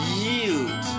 yield